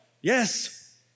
Yes